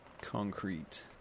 concrete